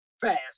fast